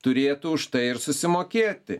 turėtų už tai ir susimokėti